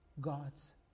God's